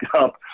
up